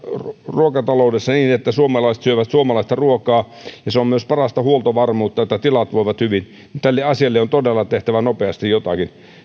ruokataloudessa että suomalaiset syövät suomalaista ruokaa että on myös parasta huoltovarmuutta että tilat voivat hyvin niin tälle asialle on todella tehtävä nopeasti jotakin